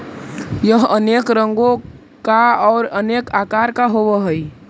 यह अनेक रंगों का और अनेक आकार का होव हई